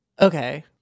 Okay